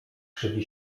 krzywi